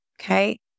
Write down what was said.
okay